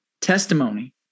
testimony